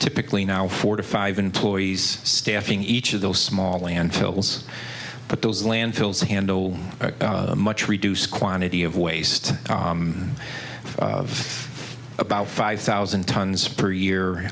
typically now four to five employees staffing each of those small landfills but those landfills handle much reduced quantity of waste about five thousand tons per year